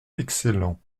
excellent